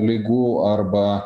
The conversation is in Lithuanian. ligų arba